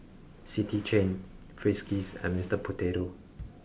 City Chain Friskies and Mister Potato